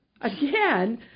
again